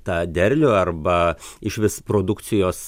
tą derlių arba išvis produkcijos